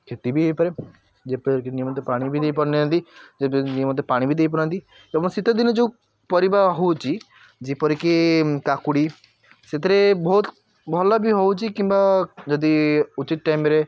କ୍ଷତି ବି ହୋଇପାରେ ଯେପରିକି ନିୟମିତ ପାଣି ବି ଦେଇ ପାରୁନାହାନ୍ତି ଯେପରିକି ନିୟମିତ ପାଣି ବି ଦେଇ ପାରୁନାହାନ୍ତି ଏବଂ ଶୀତ ଦିନେ ଯେଉଁ ପରିବା ହେଉଛି ଯେପରିକି କାକୁଡ଼ି ସେଥିରେ ବହୁତ ଭଲ ବି ହେଉଛି କିମ୍ବା ଯଦି ଉଚିତ୍ ଟାଇମ୍ରେ